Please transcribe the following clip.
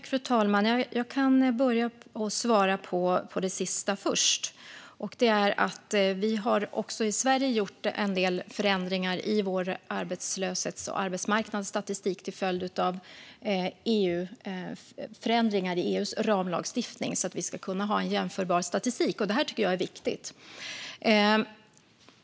Fru talman! Jag kan börja med att svara på det sista. Vi har också i Sverige gjort en del förändringar i vår arbetslöshets och arbetsmarknadsstatistik till följd av förändringar i EU:s ramlagstiftning så att vi ska kunna ha en jämförbar statistik. Det tycker jag är viktigt.